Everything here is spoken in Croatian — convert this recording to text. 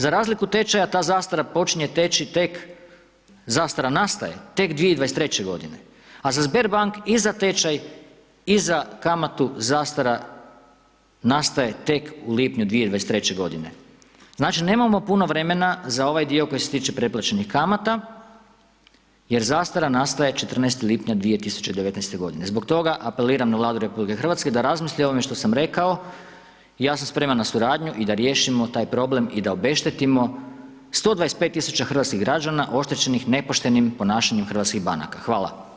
Za razliku tečaja, ta zastara počinje teći tek, zastara nastaje tek 2023.g., a za Sberbank i za tečaj i za kamatu zastara nastaje tek u lipnju 2023.g. Znači, nemamo puno vremena za ovaj dio koji se tiče preplaćenih kamata jer zastara nastaje 14. lipnja 2019.g. Zbog toga apeliram na Vladu RH da razmisli o ovome što sam rekao, ja sam spreman na suradnju i da riješimo taj problem i da obeštetimo 125 000 hrvatskih građana oštećenih nepoštenim ponašanjem hrvatskih banaka.